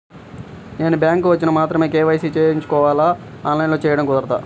నేను బ్యాంక్ వచ్చి మాత్రమే కే.వై.సి చేయించుకోవాలా? ఆన్లైన్లో చేయటం కుదరదా?